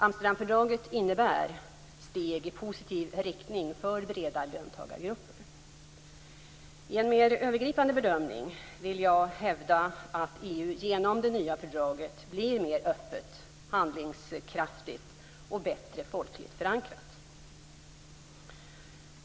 Amsterdamfördraget innebär steg i positiv riktning för breda löntagargrupper. I en mer övergripande bedömning vill jag hävda att EU genom det nya fördraget blir mer öppet, handlingskraftigt och bättre folkligt förankrat.